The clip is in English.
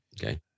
Okay